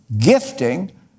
Gifting